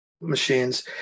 machines